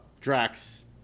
Drax